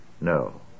No